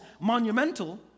monumental